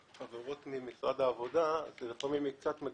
לחברות ממשרד העבודה, שלפעמים היא קצת מגוחכת,